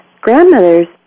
grandmothers